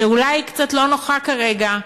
שאולי היא קצת לא נוחה כרגע,